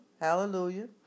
hallelujah